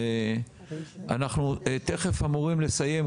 אנחנו תכף אמורים לסיים,